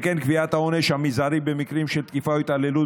וכן קביעת העונש המזערי במקרים של תקיפה או התעללות